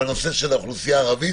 בנושא של האוכלוסייה הערבית.